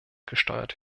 gesteuert